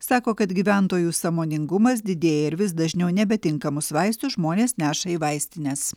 sako kad gyventojų sąmoningumas didėja ir vis dažniau nebetinkamus vaistus žmonės neša į vaistines